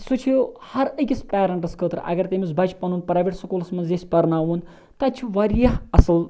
سُہ چھُ ہَر أکِس پیرَنٹَس خٲطرٕ اَگَر تٔمِس بَچہِ پَنُن پرایویٹ سکوٗلَس مَنٛز ییٚژھِ پَرناوان تَتہِ چھُ واریاہ اَصل